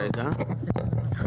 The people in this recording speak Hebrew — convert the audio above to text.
שכתוב כרגע,